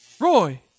Roy